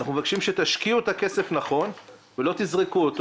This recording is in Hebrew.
אנחנו מבקשים שתשקיעו את הכסף נכון ולא תזרקו אותו.